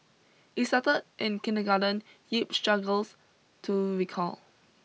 it started in kindergarten Yip struggles to recall